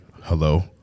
Hello